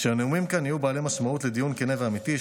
שהנאומים כאן יהיו בעלי משמעות לדיון כן ואמיתי,